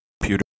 computer